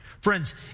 Friends